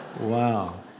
Wow